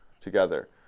together